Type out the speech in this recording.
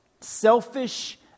Selfish